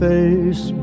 face